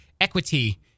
equity